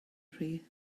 rhy